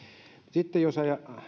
sitten jos